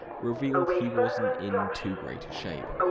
revealed he wasn't in too great a shape,